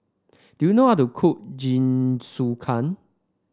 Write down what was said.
do you know how to cook Jingisukan